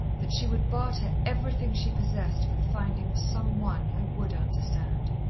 that she would barter everything she possessed for the finding of some one who would understand.